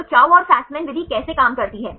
तो चाउ और फ़स्मान विधि कैसे काम करती है